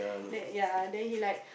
then yeah then he like